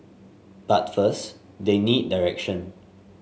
but first they need direction